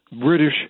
British